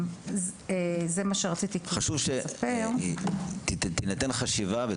חשוב שתינתן חשיבה.